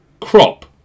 crop